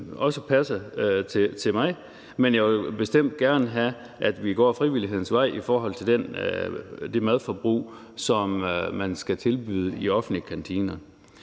også passer til mig, men jeg vil bestemt gerne have, at vi går frivillighedens vej i forhold til det mad, som man skal tilbyde i offentlige kantiner.